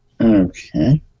Okay